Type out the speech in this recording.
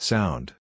Sound